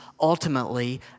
ultimately